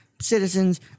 citizens